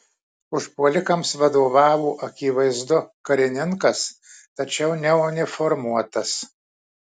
užpuolikams vadovavo akivaizdu karininkas tačiau neuniformuotas